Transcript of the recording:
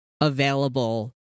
available